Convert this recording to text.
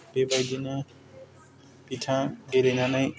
बेबायदिनो बिथाङा गेलेनानै